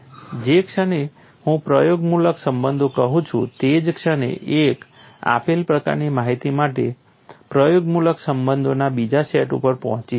જે ક્ષણે હું પ્રયોગમૂલક સંબંધો કહું છું તે જ ક્ષણે એક આપેલ પ્રકારની માહિતી માટે પ્રયોગમૂલક સંબંધોના બીજા સેટ ઉપર પહોંચી શકે છે